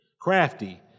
crafty